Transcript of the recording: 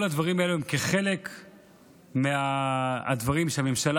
כל הדברים האלה הם חלק מהדברים שהממשלה